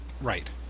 Right